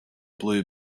blue